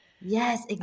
Yes